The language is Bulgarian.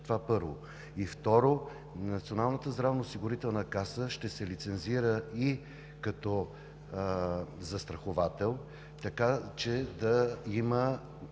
това първо. Второ, Националната здравноосигурителна каса ще се лицензира и като застраховател, така че да има